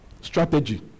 strategy